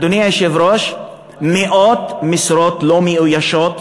אדוני היושב-ראש, מאות משרות לא מאוישות.